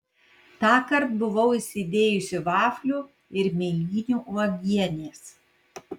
tąkart buvau įsidėjusi vaflių ir mėlynių uogienės